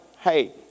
hey